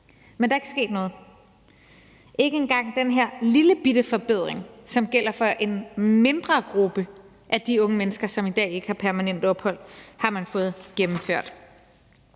Men der er ikke sket noget. Ikke engang den her lillebitte forbedring, som gælder for en mindre gruppe af de unge mennesker, som i dag ikke har permanent ophold, har man fået gennemført.